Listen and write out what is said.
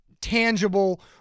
tangible